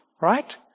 Right